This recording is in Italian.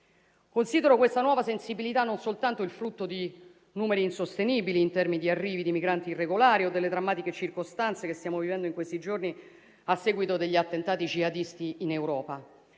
Considero questa nuova sensibilità non soltanto il frutto di numeri insostenibili in termini di arrivi di migranti irregolari o delle drammatiche circostanze che stiamo vivendo in questi giorni a seguito degli attentati jihadisti in Europa.